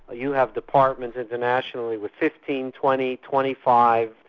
ah you have departments internationally with fifteen, twenty, twenty five,